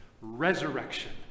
Resurrection